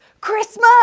Christmas